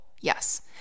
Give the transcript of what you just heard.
yes